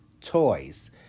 toys